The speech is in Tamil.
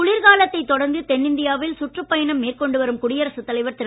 குளிர்காலத்தை தொடர்ந்து தென்னிந்தியாவில் சுற்றுப்பயணம் மேற்கொண்டு வரும் குடியரசுத் தலைவர் திரு